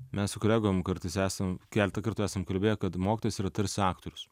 mes su kolegom kartais esam keletą kartų esam kalbėję kad mokytojas yra tarsi aktorius